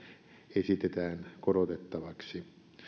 esitetään korotettaviksi